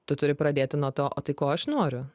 tu turi pradėti nuo to o tai ko aš noriu